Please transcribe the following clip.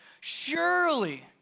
Surely